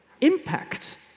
impact